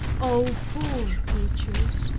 oh, poor creatures,